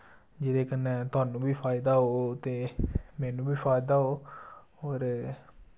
जिदे कन्नै थोआनू बी फायदा हो ते मेनू बी फाइदा हो और